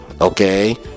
Okay